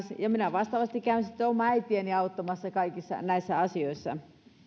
ja minä vastaavasti käyn sitten omaa äitiäni auttamassa kaikissa näissä asioissa